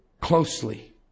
closely